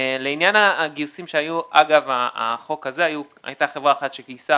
לעניין הגיוסים שהיו אגב החוק הזה היתה חברה אחת שגייסה